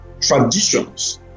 traditions